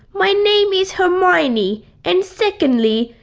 my name is hermione and secondly,